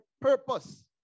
purpose